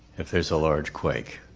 if there's a large quake?